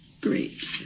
great